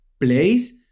place